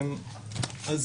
אנחנו